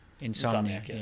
insomnia